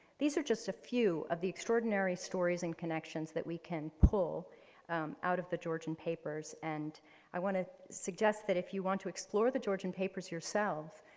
these are just a few of the extraordinary stories and connections that we can pull out of the georgian papers. and i want to suggest that if you want to explore the georgian papers yourself,